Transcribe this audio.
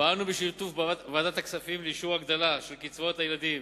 פעלנו בשיתוף ועדת הכספים לאישור הגדלה של קצבאות הילדים,